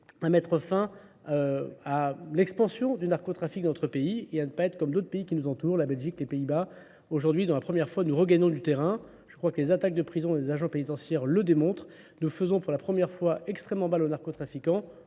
à mettre fin à l'expansion du narcotrafique dans notre pays et à ne pas être comme d'autres pays qui nous entourent, la Belgique, les Pays-Bas. Aujourd'hui, dans la première fois, nous regagnons du terrain. Je crois que les attaques de prison des agents pénitentiaires le démontrent. Nous faisons pour la première fois extrêmement mal aux narcotrafiquants.